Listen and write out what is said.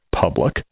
public